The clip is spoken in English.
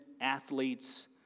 athletes